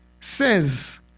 says